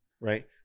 Right